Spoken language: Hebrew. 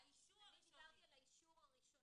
אני דיברתי על האישור הראשוני.